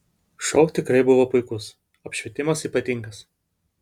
šou tikrai buvo puikus apšvietimas ypatingas